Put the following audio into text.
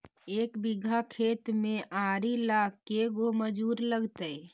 एक बिघा खेत में आरि ल के गो मजुर लगतै?